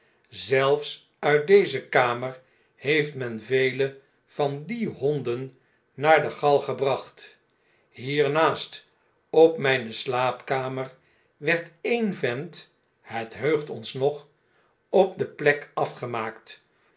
zelfs uit deze kamer heeft men vele van die honden naar de galg gebracht hier naast op mijne slaapkamer werd ee'n vent het heugt ons nog op de plek afgemaakt